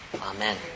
amen